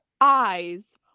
eyes